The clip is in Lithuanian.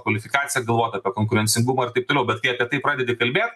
kvalifikaciją galvot apie konkurencingumą ir taip toliau bet kai apie tai pradedi kalbėt